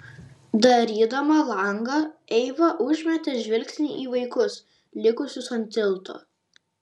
darydama langą eiva užmetė žvilgsnį į vaikus likusius ant tilto